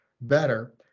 better